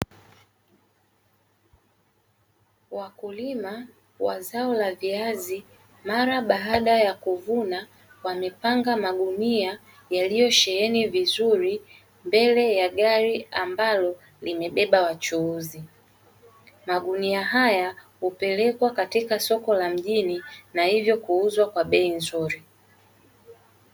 Wakulima wa zao la viazi mara baada ya kuvuna wamepanga magunia yaliyosheheni vizuri mbele ya gari ambalo limebeba wachuuzi. Magunia haya hupelekwa katika soko la mjini na hivyo kuuzwa kwa bei nzuri.